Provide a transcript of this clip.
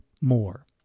more